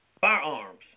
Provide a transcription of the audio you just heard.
firearms